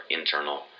internal